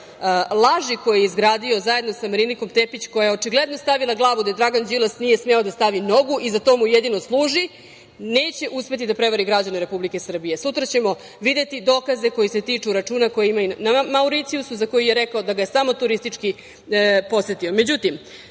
laži koje je izgradio zajedno sa Marinikom Tepić koja je, očigledno stavila glavu gde Dragan Đilas nije smeo da stavi nogu i za to mu jedino služi, neće uspeti da prevari građane Republike Srbije. Sutra ćemo videti dokaze koji se tiču računa na Mauricijusu za koji je rekao da ga je samo turistički posetio.Međutim,